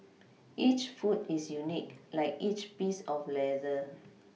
each foot is unique like each piece of leather